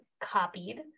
copied